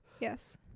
yes